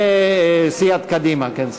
וסיעת קדימה, כן.